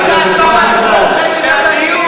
חבר הכנסת רוזנטל, והדיור